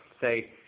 say